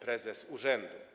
prezes urzędu.